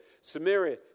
Samaria